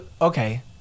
okay